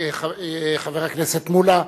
חבר הכנסת מולה,